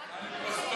מה עם,